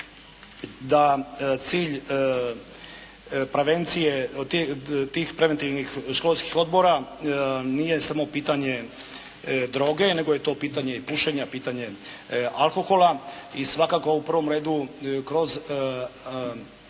tih preventivnih školskih odbora nije samo pitanje droge nego je to pitanje i pušenja, pitanje alkohola. I svakako u prvom redu kroz